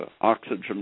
oxygen